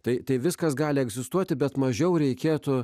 tai viskas gali egzistuoti bet mažiau reikėtų